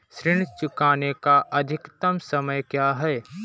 ऋण चुकाने का अधिकतम समय क्या है?